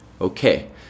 Okay